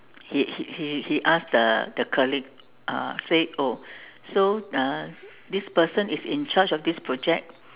he he he asked the the colleague uh say oh so uh this person is in charge of this project